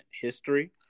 history